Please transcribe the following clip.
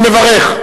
אני מברך,